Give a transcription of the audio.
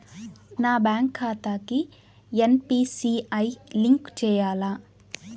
నా బ్యాంక్ ఖాతాకి NPCI link చేయాలా?